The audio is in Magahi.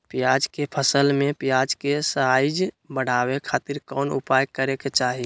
प्याज के फसल में प्याज के साइज बढ़ावे खातिर कौन उपाय करे के चाही?